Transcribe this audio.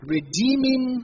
Redeeming